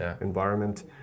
environment